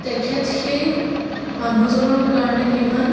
তেখেত সেই মানুহজনৰ কাৰণে কিমান